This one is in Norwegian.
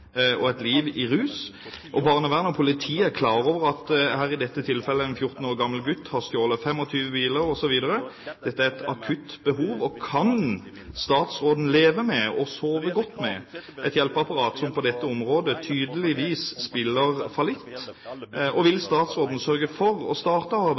og et liv i rus. Barnevern og politi er klar over dette tilfellet med en 14 år gammel gutt som har stjålet 25 biler osv. Dette er et akutt behov. Kan statsråden leve med og sove godt med et hjelpeapparat som på dette området tydeligvis spiller fallitt? Vil statsråden sørge for å starte